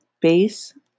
base